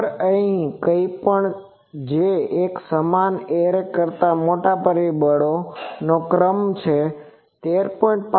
ખરેખર કંઈપણ જે એક સમાન એરે કરતા મોટા પરિબળનો ક્રમ છે 13